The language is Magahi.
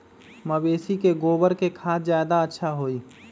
मवेसी के गोबर के खाद ज्यादा अच्छा होई?